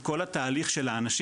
את כל התהליך של האנשים,